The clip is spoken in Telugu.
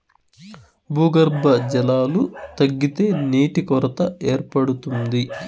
భూగర్భ జలాలు తగ్గితే నీటి కొరత ఏర్పడుతుంది